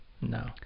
No